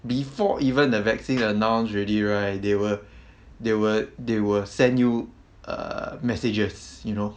before even the vaccine announce already right they will they will they will send you a messages you know